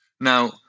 Now